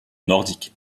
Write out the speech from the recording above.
nordiques